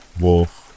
wolf